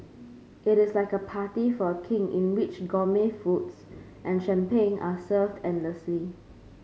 it is like a party for a King in which gourmet foods and champagne are served endlessly